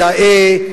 יאה.